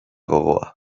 gogoa